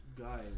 guys